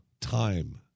time